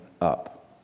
up